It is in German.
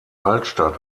altstadt